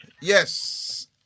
Yes